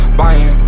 buying